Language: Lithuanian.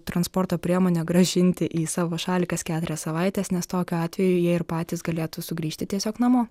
transporto priemonę grąžinti į savo šalį kas keturias savaites nes tokiu atveju jie ir patys galėtų sugrįžti tiesiog namo